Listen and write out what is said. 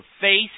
face